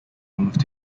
removed